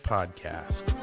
Podcast